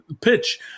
pitch